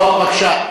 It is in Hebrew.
טוב, בבקשה.